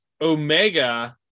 omega